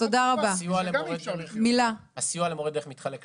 הסיוע למורי הדרך מתחלק לשניים: